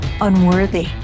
unworthy